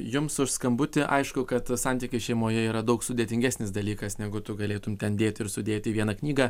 jums už skambutį aišku kad santykiai šeimoje yra daug sudėtingesnis dalykas negu tu galėtum ten dėti ir sudėti į vieną knygą